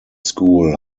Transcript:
school